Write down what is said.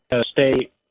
State